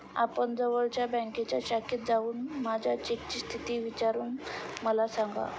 आपण जवळच्या बँकेच्या शाखेत जाऊन माझ्या चेकची स्थिती विचारून मला सांगा